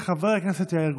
חבר הכנסת יאיר גולן,